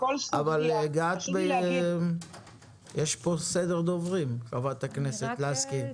אבל יש פה סדר דוברים, חברת הכנסת לסקי.